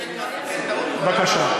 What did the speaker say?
אז אני רוצה לתקן טעות, בבקשה.